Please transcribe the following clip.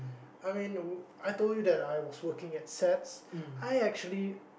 I mean I told you that I was working at SATS I actually